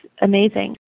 amazing